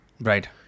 Right